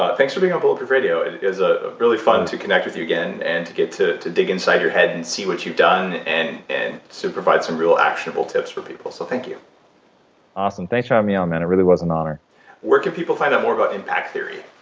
ah thanks for being on bulletproof radio. it was ah really fun to connect with you again, and to get to to dig inside your head and see what you've done, and and to provide some real actionable tips for people, so thank you awesome. thanks for having um me on, man. it really was an honor where can people find out more about impact theory?